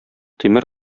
тимер